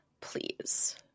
please